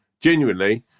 Genuinely